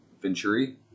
Venturi